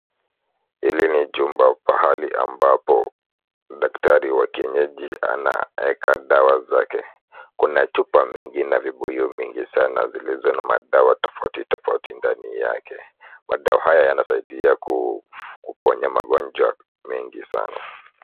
Hili ni jumba pahali ambapo daktari wa kienyeji anaweka dawa zake. Kuna chupa nyingi na vibuyu vingi sana zilivyo na madawa tofauti tofauti ndani yake. Madawa haya yanasaidia kuponya magonjwa mengi sana.